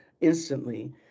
instantly